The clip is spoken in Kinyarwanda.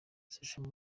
social